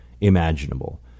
imaginable